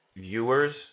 viewers